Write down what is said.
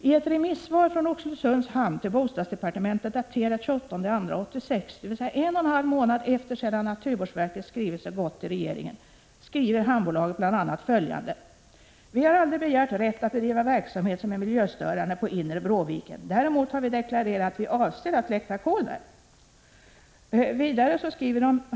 I ett remissvar från Oxelösunds hamn till bostadsdepartementet, daterat den 28 februari 1986, dvs. en och en halv månad efter det att naturvårdsverkets skrivelse gått till regeringen, skriver hamnbolaget bl.a. följande: ”Vi har aldrig begärt rätt att bedriva verksamhet, som är miljöstörande, på inre Bråviken. Däremot har vi deklarerat, att vi avser att läktra kol där.